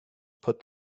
put